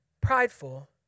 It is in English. prideful